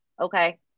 Okay